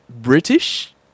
British